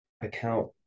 account